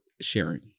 sharing